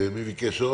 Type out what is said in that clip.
מי עוד ביקש?